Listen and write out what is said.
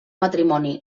matrimoni